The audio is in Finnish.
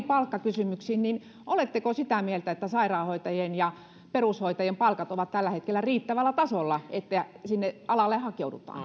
palkkakysymyksiin oletteko sitä mieltä että sairaanhoitajien ja perushoitajien palkat ovat tällä hetkellä riittävällä tasolla että sinne alalle hakeudutaan